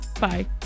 bye